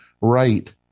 right